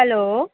hello